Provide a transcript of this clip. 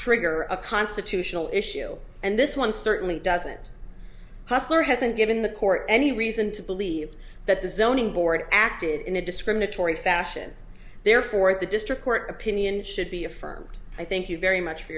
trigger a constitutional issue and this one certainly doesn't hostler hasn't given the court any reason to believe that the zoning board acted in a discriminatory fashion therefore the district court opinion should be affirmed i thank you very much for